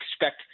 expect